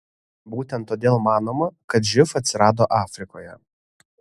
būtent todėl manoma kad živ atsirado afrikoje